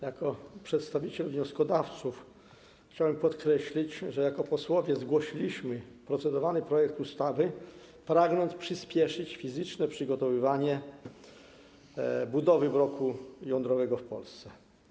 Jako przedstawiciel wnioskodawców chciałem podkreślić, że jako posłowie zgłosiliśmy procedowany projekt ustawy, pragnąc przyspieszyć fizyczne przygotowywanie budowy bloku jądrowego w Polsce.